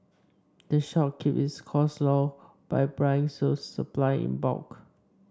the shop keeps its costs low by buying its supply in bulk